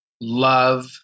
love